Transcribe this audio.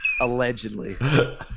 Allegedly